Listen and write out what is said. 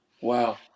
Wow